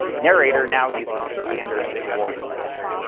narrator now uses a standard keyboard layout.